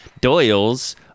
Doyle's